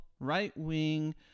right-wing